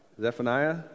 Zephaniah